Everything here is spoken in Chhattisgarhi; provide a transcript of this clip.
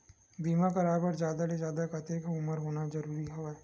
बीमा कराय बर जादा ले जादा कतेक उमर होना जरूरी हवय?